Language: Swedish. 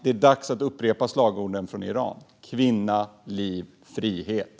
Det är dags att upprepa slagorden från Iran: Kvinna! Liv! Frihet!